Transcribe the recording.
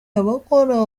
abakora